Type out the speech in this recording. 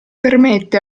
permette